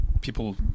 people